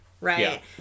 right